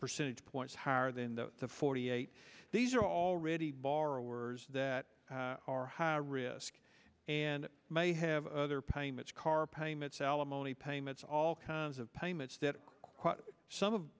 percentage points higher than the forty eight these are already borrowers that are high risk and may have other payments car payments alimony payments all kinds of payments that some of